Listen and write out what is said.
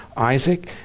Isaac